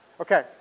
Okay